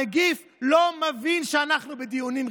הנגיף לא מבין שאנחנו בדיונים.